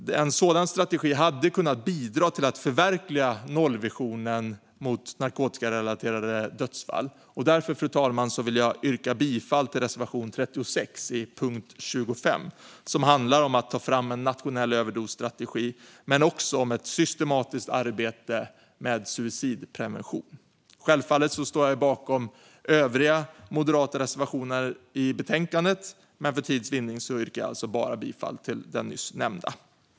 En sådan strategi hade kunnat bidra till att förverkliga nollvisionen för narkotikarelaterade dödsfall. Därför, fru talman, vill jag yrka bifall till reservation 36 under punkt 25, som handlar om att ta fram en nationell överdosstrategi men också om ett systematisk arbete med suicidprevention. Självfallet står jag bakom övriga moderata reservationer i betänkandet, men för tids vinning yrkar jag alltså bara bifall till den nyss nämnda.